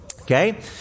Okay